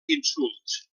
insults